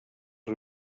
riu